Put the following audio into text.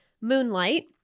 Moonlight